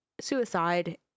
suicide